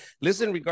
Listen